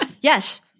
Yes